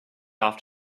off